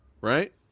right